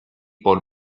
por